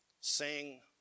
Sing